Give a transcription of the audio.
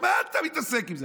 מה אתה מתעסק עם זה?